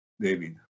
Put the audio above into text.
David